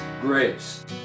grace